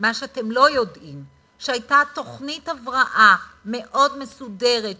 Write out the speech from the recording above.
מה שאתם לא יודעים הוא שהייתה תוכנית הבראה מאוד מסודרת שגיבשנו,